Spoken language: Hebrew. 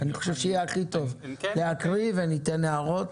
אני חושב שזה יהיה הכי טוב להקריא ולתת הערות,